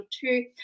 two